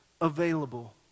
available